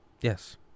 Yes